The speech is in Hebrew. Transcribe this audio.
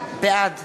בעד